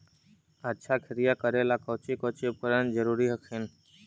अच्छा खेतिया करे ला कौची कौची उपकरण जरूरी हखिन?